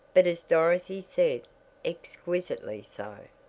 but as dorothy said exquisitely so.